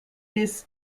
this